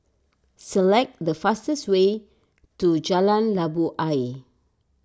select the fastest way to Jalan Labu Ayer